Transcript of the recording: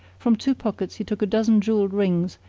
from two pockets he took a dozen jewelled rings,